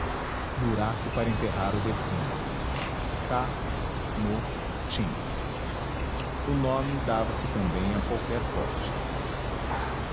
buraco para enterrar o defunto c am otim o nome dava-se também a qualquer pote